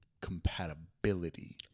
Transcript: compatibility